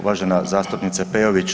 Uvažena zastupnice Peović.